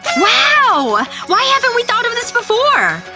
wow! why haven't we thought of this before?